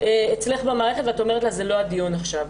אצלך במערכת ואת אומרת לה שזה לא הדיון עכשיו.